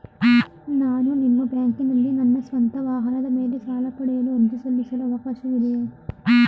ನಾನು ನಿಮ್ಮ ಬ್ಯಾಂಕಿನಲ್ಲಿ ನನ್ನ ಸ್ವಂತ ವಾಹನದ ಮೇಲೆ ಸಾಲ ಪಡೆಯಲು ಅರ್ಜಿ ಸಲ್ಲಿಸಲು ಅವಕಾಶವಿದೆಯೇ?